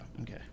okay